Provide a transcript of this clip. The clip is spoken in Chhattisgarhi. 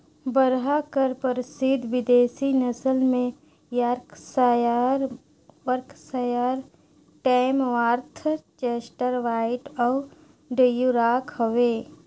बरहा कर परसिद्ध बिदेसी नसल में Yorkshire, Berkshire, Tamworth, Chester White अउ ड्यूरॉक हवे